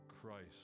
Christ